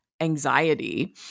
anxiety